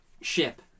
ship